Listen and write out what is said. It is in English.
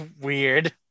Weird